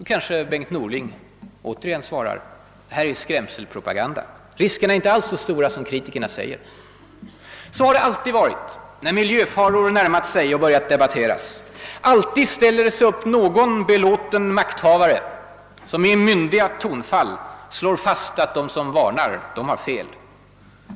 Då kanske Bengt Norling åter svarar: Det här är »skrämselpropaganda». Riskerna är inte alls så stora som kritikerna säger. Så har det alltid varit när miljöfaror närmat sig och börjat debatteras. Alltid ställer sig någon belåten makthavare upp, som med myndiga tonfall slår fast att de som varnar har fel.